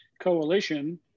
coalition